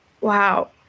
wow